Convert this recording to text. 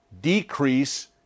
decrease